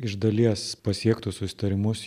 iš dalies pasiektus susitarimus